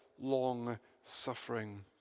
long-suffering